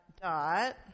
dot